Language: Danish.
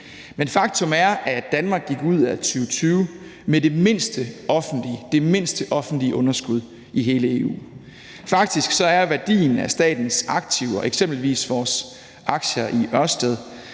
men faktum er, at Danmark gik ud af 2020 med det mindste offentlige underskud i hele EU. Faktisk er værdien af statens aktiver, eksempelvis vores aktier i Ørsted,